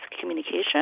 communication